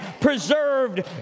preserved